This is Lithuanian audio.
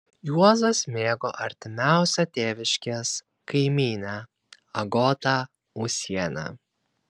juozas mėgo artimiausią tėviškės kaimynę agotą ūsienę